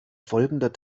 folgender